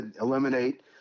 eliminate